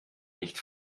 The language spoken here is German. nicht